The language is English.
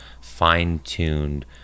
fine-tuned